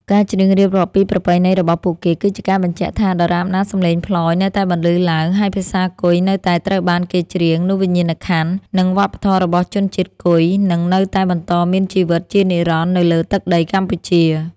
ការច្រៀងរៀបរាប់ពីប្រពៃណីរបស់ពួកគេ គឺជាការបញ្ជាក់ថា ដរាបណាសម្លេងផ្លយនៅតែបន្លឺឡើង ហើយភាសាគុយនៅតែត្រូវបានគេច្រៀង នោះវិញ្ញាណក្ខន្ធ និងវប្បធម៌របស់ជនជាតិគុយនឹងនៅតែបន្តមានជីវិតជានិរន្តរ៍នៅលើទឹកដីកម្ពុជា។